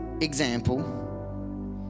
example